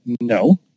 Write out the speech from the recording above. No